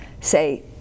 say